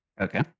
Okay